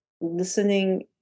listening